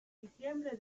diciembre